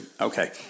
Okay